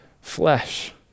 flesh